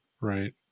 right